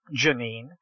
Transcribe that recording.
Janine